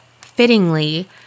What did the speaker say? Fittingly